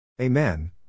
Amen